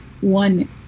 one